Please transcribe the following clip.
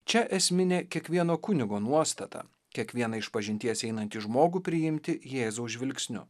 čia esminė kiekvieno kunigo nuostata kiekvieną išpažinties einantį žmogų priimti jėzaus žvilgsniu